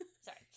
Sorry